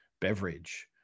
beverage